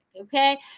okay